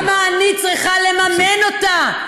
למה אני צריכה לממן אותה?